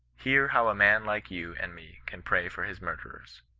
hear how a man like you and me can pray for his murderers